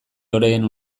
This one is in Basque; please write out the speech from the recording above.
loreen